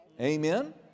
Amen